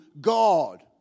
God